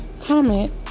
comment